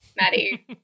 Maddie